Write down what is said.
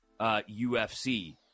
UFC